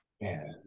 man